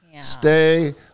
Stay